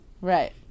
Right